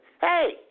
Hey